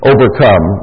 Overcome